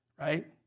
right